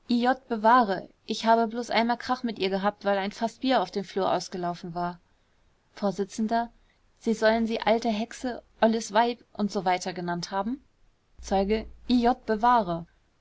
bewahre ich habe bloß einmal krach mit ihr gehabt weil ein faß bier auf dem flur ausgelaufen war vors sie sollen sie alte hexe olles weib usw genannt haben zeuge i jott bewahre